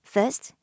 First